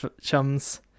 chums